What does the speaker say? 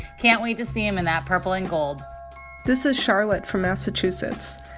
can't wait to see him in that purple and gold this is charlotte from massachusetts.